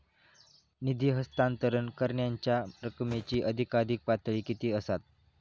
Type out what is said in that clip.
निधी हस्तांतरण करण्यांच्या रकमेची अधिकाधिक पातळी किती असात?